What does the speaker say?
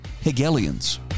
Hegelians